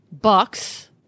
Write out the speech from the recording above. bucks